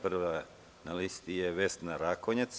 Prva na listi je Vesna Rakonjac.